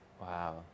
Wow